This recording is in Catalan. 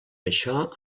això